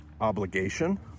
obligation